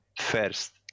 first